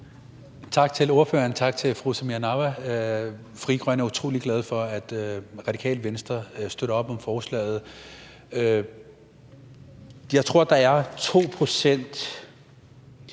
Siddique (UFG): Tak til fru Samira Nawa. Frie Grønne er utrolig glade for, at Radikale Venstre støtter op om forslaget. Jeg tror, der er 2 pct.